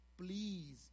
please